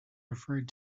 referred